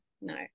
no